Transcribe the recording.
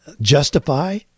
justify